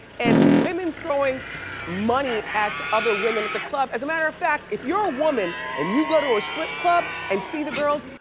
and women throwing money at other women at the club, as a matter of fact, if you're a woman and you go to a strip club and see the girls,